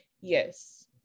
Yes